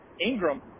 Ingram